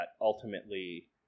ultimately